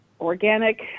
organic